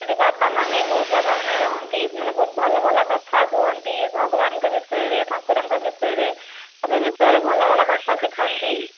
ସେଠି ବାବାମାନେ ବହୁତ ବାବାମାନେ ରହନ୍ତି ବହୁତ ଭଲ ଭଲ କଥା କୁହନ୍ତି ଭଗବାନଙ୍କ ବିଷୟରେ ଠାକୁରଙ୍କ ବିଷୟରେ ସବୁ ବିଷୟରେ ଭଲ ଭଲ କଥା ଶିଖାନ୍ତି